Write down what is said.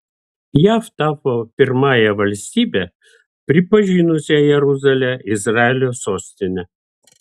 jav tapo pirmąja valstybe pripažinusia jeruzalę izraelio sostine